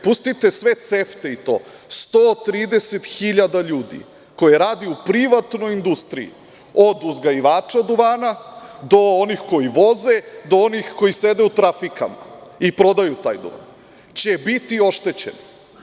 Pustite CEFTA i to, 130 hiljada ljudi koji rade u privatnoj industriji, od uzgajivača duvana do onih koji voze, do onih koji sede u trafikama i prodaju taj duvan će biti oštećeni.